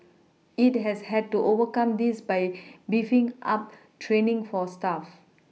it has had to overcome this by beefing up training for staff